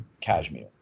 Kashmir